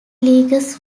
leagues